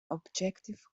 objective